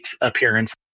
appearance